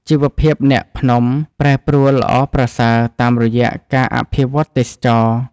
ជីវភាពអ្នកភ្នំប្រែប្រួលល្អប្រសើរតាមរយៈការអភិវឌ្ឍទេសចរណ៍។